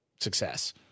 success